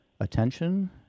attention